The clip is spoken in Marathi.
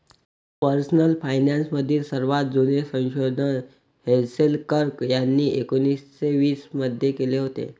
पर्सनल फायनान्स मधील सर्वात जुने संशोधन हेझेल कर्क यांनी एकोन्निस्से वीस मध्ये केले होते